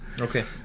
Okay